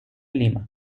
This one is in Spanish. lima